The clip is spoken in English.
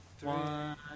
One